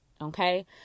Okay